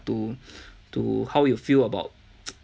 to to how you feel about